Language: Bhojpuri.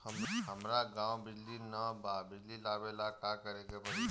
हमरा गॉव बिजली न बा बिजली लाबे ला का करे के पड़ी?